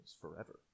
forever